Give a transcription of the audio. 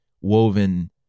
woven